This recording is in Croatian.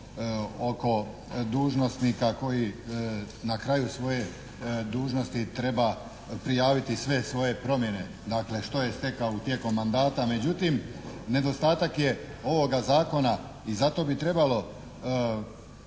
oko dužnosnika koji na kraju svoje dužnosti treba prijaviti sve svoje promjene, dakle što je stekao tijekom mandata, međutim nedostatak je ovoga zakona i zato bi trebalo